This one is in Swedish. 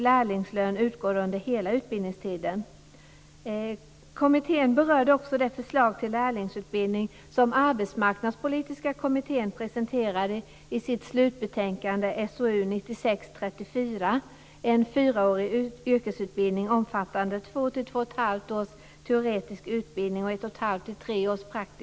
Lärlingslön utgår under hela utbildningstiden. Fru talman!